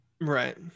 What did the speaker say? Right